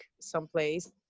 someplace